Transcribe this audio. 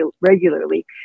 regularly